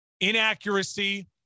Inaccuracy